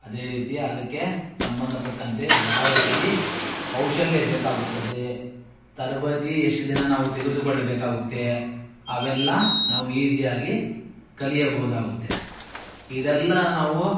ಅದೇ ರೀತಿ ಅದಕ್ಕೆ ಸಂಬಂಧಪಟ್ಟಂತೆ ಯಾವ ರೀತಿ ಕೌಶಲ್ಯ ಬೇಕಾಗುತ್ತದೆ ತರಬೇತಿ ಎಷ್ಟು ದಿನ ನಾವು ತೆಗೆದುಕೊಳ್ಳಬೇಕಾಗುತ್ತೆ ಅವೆಲ್ಲ ನಾವು ಈಸಿ ಆಗಿ ಕಲಿಯಬಹುದಾಗುತ್ತೆ ಇದೆಲ್ಲ ನಾವು